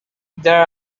there